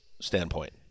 standpoint